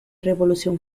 revolución